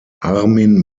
armin